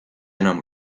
enam